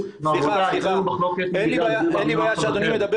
אין לי בעיה שאדוני ידבר